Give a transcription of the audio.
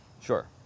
Sure